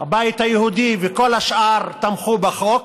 הבית היהודי וכל השאר תמכו בחוק,